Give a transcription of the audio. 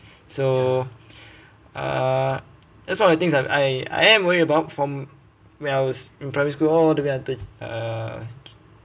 so uh that's one of the things I'm I I am worry about from when I was in primary school all the way until uh